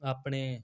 ਆਪਣੇ